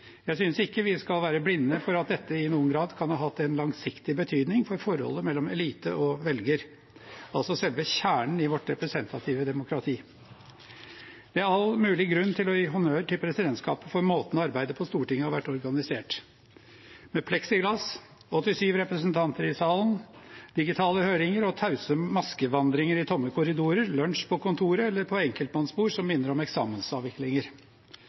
Jeg synes ikke vi skal være blinde for at dette i noen grad kan ha hatt en langsiktig betydning for forholdet mellom elite og velger, altså selve kjernen i vårt representative demokrati. Det er all mulig grunn til å gi honnør til presidentskapet for måten arbeidet på Stortinget har vært organisert på, med pleksiglass, 87 representanter i salen, digitale høringer, tause maskevandringer i tomme korridorer og lunsj på kontoret eller på enkeltmannsbord som minner om eksamensavviklinger.